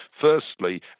firstly